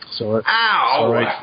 Ow